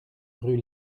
rue